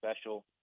special